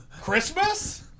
Christmas